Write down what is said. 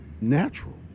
natural